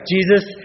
Jesus